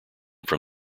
from